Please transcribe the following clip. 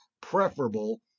preferable